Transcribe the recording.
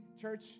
church